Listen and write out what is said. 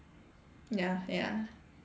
ya ya